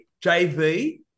JV